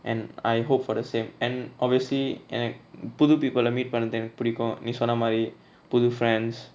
and I hope for the same and obviously எனக்கு புது:enaku puthu people lah meet பன்ரது எனக்கு புடிக்கு நீ சொன்னமாரி புது:panrathu enaku pudiku nee sonnamari puthu friends